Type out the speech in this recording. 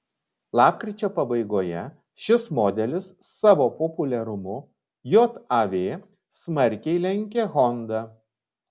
lapkričio pabaigoje šis modelis savo populiarumu jav smarkiai lenkė honda